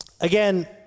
again